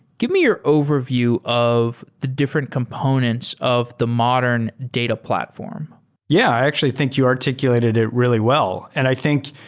give mere overview of the different components of the modern data platform yeah. i actually think you articulated it really well, and i think,